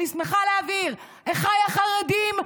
אני שמחה להבהיר: אחיי החרדים,